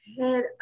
head